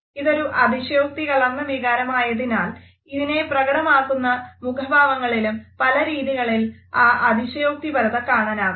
ഇതൊരു അതിശയോക്തി കലർന്ന വികാരമായതിനാൽ ഇതിനെ പ്രകടമാകുന്ന മുഖഭാവങ്ങളിലും പലരീതികളിൽ ആ അതിശയോക്തിപരത കാണാനാകും